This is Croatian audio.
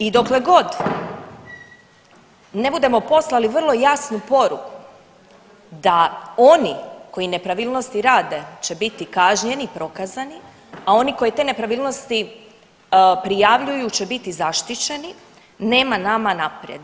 I dokle god ne budemo poslali vrlo jasnu poruku da oni koji nepravilnosti rade će biti kažnjeni i prokazani, a oni koji te nepravilnosti prijavljuju će biti zaštićeni nema nama naprijed.